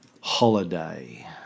Holiday